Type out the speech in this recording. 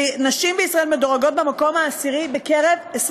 ונשים בישראל מדורגות במקום העשירי בקרב 20